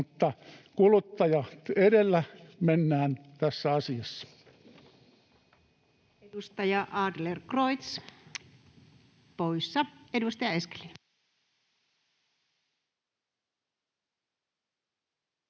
Mutta kuluttaja edellä mennään tässä asiassa. Edustaja Adlercreuz — poissa.